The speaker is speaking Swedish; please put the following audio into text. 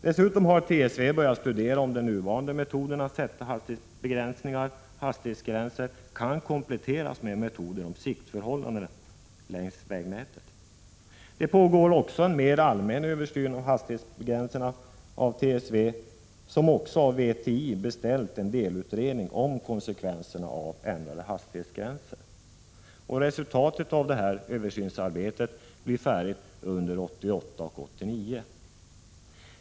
Dessutom har TSV börjat studera om den nuvarande metoden att sätta hastighetsgränser kan kompletteras med metoder om siktförhållanden längs vägarna. Det pågår också en mer allmän översyn av hastighetsgränser inom TSV, som också av VTI beställt en delutredning om konsekvenserna av ändrade hastighetsgränser. Resultatet av detta översynsarbete blir färdigt 1988—1989.